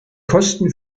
kosten